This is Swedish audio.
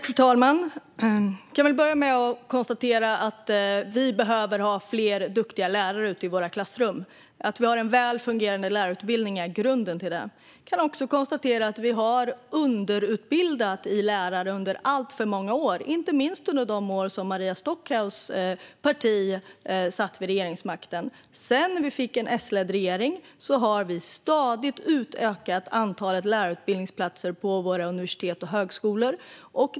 Fru talman! Jag kan börja med att konstatera att vi behöver ha fler duktiga lärare ute i våra klassrum. Att vi har en välfungerande lärarutbildning är grunden till det. Jag kan också konstatera att vi har utbildat för få lärare under alltför många år, inte minst under de år då Maria Stockhaus parti satt vid regeringsmakten. Sedan vi fick en S-ledd regering har vi stadigt utökat antalet lärarutbildningsplatser på våra universitet och högskolor.